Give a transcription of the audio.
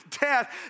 death